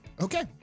Okay